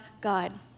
God